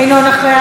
אינו נוכח,